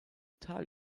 tal